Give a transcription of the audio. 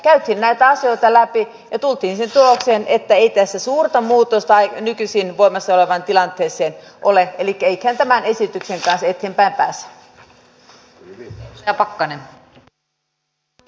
käytiin näitä asioita läpi ja tultiin siihen tulokseen että ei tässä suurta muutosta nykyisin voimassa olevaan tilanteeseen ole elikkä eiköhän tämän esityksen kanssa eteenpäin päästä